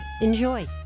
Enjoy